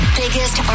biggest